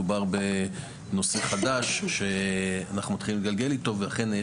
מדובר בנושא חדש שאנחנו מתחילים להתגלגל איתו ואכן,